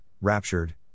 raptured